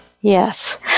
yes